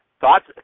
Thoughts